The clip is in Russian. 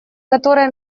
которое